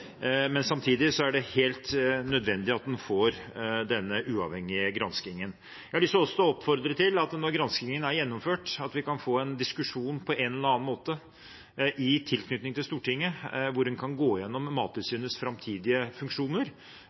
men samtidig er det helt nødvendig at man får denne uavhengige granskingen. Jeg har også lyst til å oppfordre til at vi, når granskingen er gjennomført, kan få en diskusjon på en eller annen måte i tilknytning til Stortinget, hvor en kan gå igjennom Mattilsynets framtidige funksjoner